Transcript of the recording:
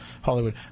Hollywood